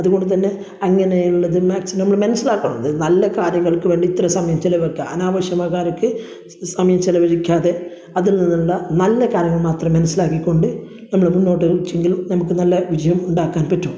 അതുകൊണ്ടുതന്നെ അങ്ങനെയുള്ളത് മാക്സിമം നമ്മൾ മനസ്സിലാക്കണം ഇത് നല്ല കാര്യങ്ങൾക്ക് വേണ്ടി ഇത്ര സമയം ചിലവാക്കുക അനാവശ്യമായ കാര്യങ്ങൾക്ക് ഈ സമയം ചിലവഴിക്കാതെ അതിൽ നിന്നുള്ള നല്ല കാര്യങ്ങൾ മാത്രം മനസ്സിലാക്കിക്കൊണ്ട് നമ്മൾ മുന്നോട്ട് ചിങ്കിലു നമുക്ക് നല്ല വിജയം ഉണ്ടാക്കാൻ പറ്റും